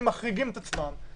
הם מחריגים את עצמם.